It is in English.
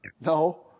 No